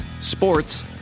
sports